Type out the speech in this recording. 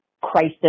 crisis